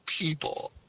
people